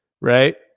right